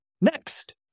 next